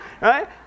Right